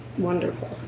Wonderful